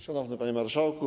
Szanowny Panie Marszałku!